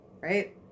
right